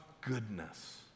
goodness